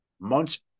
months